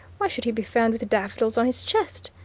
why should he be found with daffodils on his chest?